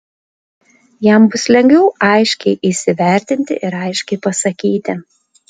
jam bus lengviau aiškiai įsivertinti ir aiškiai pasakyti